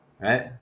right